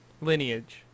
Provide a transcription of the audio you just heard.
Lineage